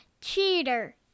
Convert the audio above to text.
cheater